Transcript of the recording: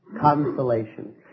Consolation